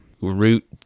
Root